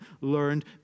learned